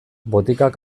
botikak